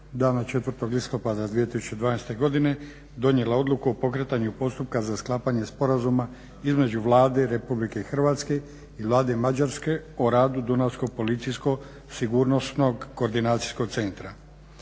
dana 4.listopada 2012.godine donijela Odluku o pokretanju postupka za sklapanje sporazuma između Vlade RH i Vlade Mađarske o radu Dunavskog policijsko-sigurnosnog koordinacijskog centra.